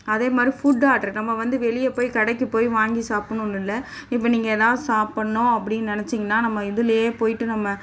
அதேமாதிரி food order நம்ம வந்து வெளியே போய் கடைக்கு போய் வாங்கி சாப்பிட்ணுன்னு இல்லை இப்போ நீங்கள் எதாவது சாப்பிட்ணும் அப்படின்னு நெனைச்சீங்கன்னா நம்ம இதிலயே போய்ட்டு நம்ம